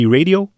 Radio